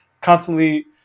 constantly